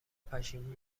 پشیمون